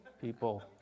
people